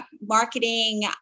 marketing